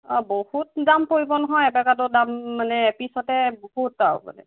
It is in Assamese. অঁ বহুত দাম পৰিব নহয় এভাকাডো দাম মানে এপিছতে বহুত আৰু মানে